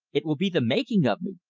it will be the making of me!